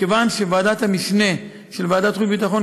כיוון שוועדת המשנה של ועדת החוץ והביטחון